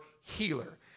healer